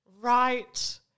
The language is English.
Right